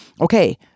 okay